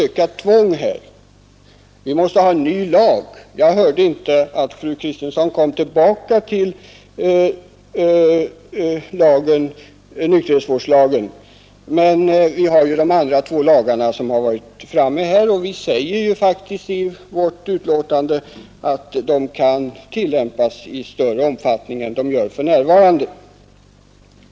Jag hörde inte fru Kristensson återkomma till sitt förslag att nykterhetsvårdslagen skall gälla för narkomanerna, men de två andra lagarna — barnavårdslagen och lagen om psykiatrisk vård i vissa fall — har tagits upp i diskussionen, och vi säger faktiskt i vårt betänkande att de kan tillämpas i större utsträckning än för närvarande.